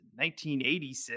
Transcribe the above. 1986